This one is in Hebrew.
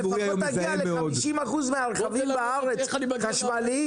לפחות תגיע ל-50% רכבים חשמליים בארץ,